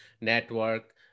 network